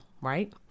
right